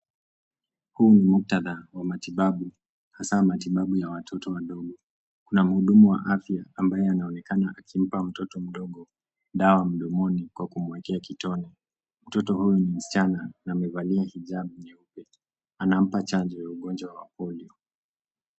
Huu ni muktadha wa matibabu hasa matibabu ya watoto wadogo. Kuna mhudumu wa afya ambaye anayeonekana akimpa mtoto mdogo dawa mdomoni kwa kumuekea kitone. Mtoto Huyu ni msichana na amevalia hijab nyeupe ,Anampa chanjo ya ugonjwa wa polio.